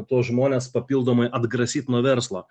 tuos žmones papildomai atgrasyt nuo verslo